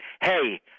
hey